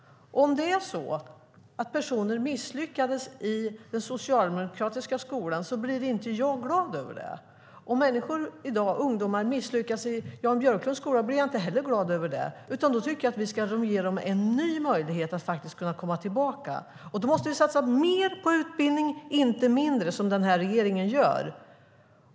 Jag blir inte glad av att personer misslyckades i den socialdemokratiska skolan. Jag blir inte heller glad om ungdomar misslyckas i Jan Björklunds skola, utan då tycker jag att vi ska ge dem en ny möjlighet att komma tillbaka. Då måste vi satsa mer på utbildning, inte mindre som den här regeringen gör.